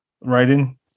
writing